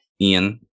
Ian